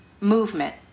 movement